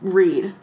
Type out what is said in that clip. read